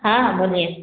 हाँ बोलिए